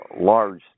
Large